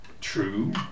true